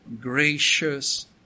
gracious